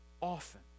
often